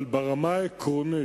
ברמה העקרונית,